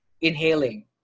inhaling